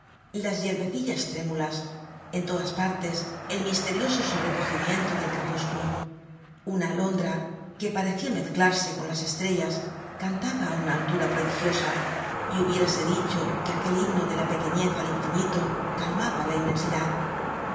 las yerbecillas trémulas en todas partes el misterioso sobrecogimiento del crepúsculo una alondra que parecia mezclarse con las estrellas cantaba á una altura prodigiosa y hubiérase dicho que aquel himno de la pequenez al infinito calmaba la inmensidad